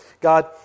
God